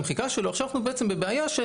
עכשיו אני רוצה להבין למה.